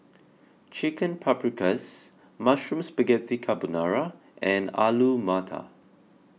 Chicken Paprikas Mushroom Spaghetti Carbonara and Alu Matar